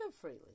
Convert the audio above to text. freely